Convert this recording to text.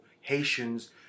Haitians